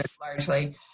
Largely